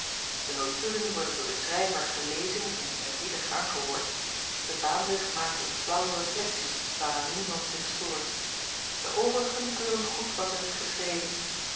de notulen worden door den schrijver gelezen en eerbiedig aangehoord de vaandrig maakt een flaauwe reflectie waaraan niemand zich stoort de overigen keuren goed wat er is geschreven